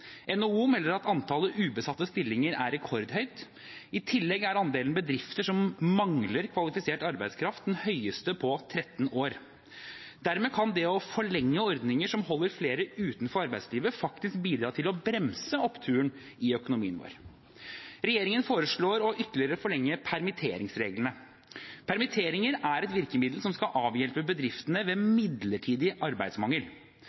NHO melder at antallet ubesatte stillinger er rekordhøyt. I tillegg er andelen bedrifter som mangler kvalifisert arbeidskraft, den høyeste på 13 år. Dermed kan det å forlenge ordninger som holder flere utenfor arbeidslivet, faktisk bidra til å bremse oppturen i økonomien vår. Regjeringen foreslår å ytterligere forlenge permitteringsreglene. Permitteringer er et virkemiddel som skal avhjelpe bedriftene ved midlertidig arbeidsmangel.